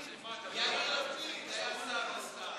יאיר לפיד היה שר האוצר.